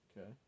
Okay